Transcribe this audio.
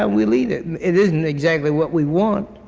and we'll eat it. it isn't exactly what we want,